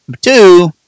two